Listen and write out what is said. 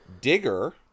Digger